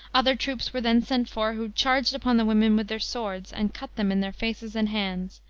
other troops were then sent for, who charged upon the women with their swords, and cut them in their faces and hands,